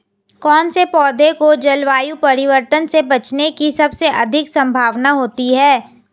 कौन से पौधे को जलवायु परिवर्तन से बचने की सबसे अधिक संभावना होती है?